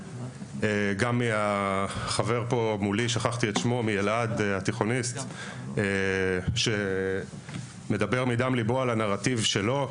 גם מדבריו של התיכוניסט שמדבר מדם לבו על הנרטיב שלו,